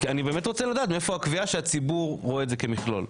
אני באמת רוצה לדעת מאיפה הקביעה שהציבור רואה את זה כמכלול?